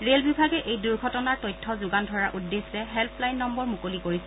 rail বিভাগে এই দুৰ্ঘটনাৰ তথ্য যোগান ধৰাৰ উদ্দেশ্যে হেল্প লাইন নম্বৰ মুকলি কৰিছে